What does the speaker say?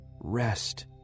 rest